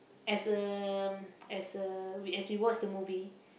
as um as uh we as we watch the movie